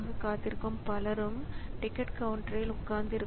எனவே இந்த ஒட்டுமொத்த ஓட்டம் இது போன்றதுதான்